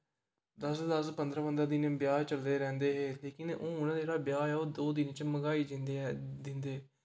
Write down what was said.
दस दस पंदरा पंदरा दिन ब्याह गै चलदे रैंह्दे हे लेकिन हून जेह्ड़ा ब्याह् ऐ ओह् दो दिन च मकाई जिंदे ऐ दिंदे